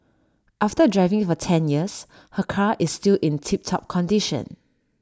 after driving for ten years her car is still in tip top condition